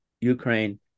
Ukraine